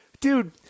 Dude